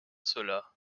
cela